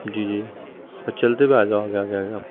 جی جی بس چلتے ہوئے آ جاؤ آگے آگے آگے آپ